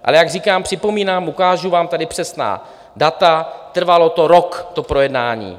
Ale jak říkám, připomínám, ukážu vám tady přesná data, trvalo to rok, to projednání.